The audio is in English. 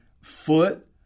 foot